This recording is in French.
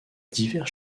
divers